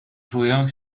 czuję